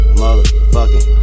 motherfucking